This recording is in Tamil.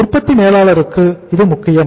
உற்பத்தி மேலாளருக்கு இது முக்கியம்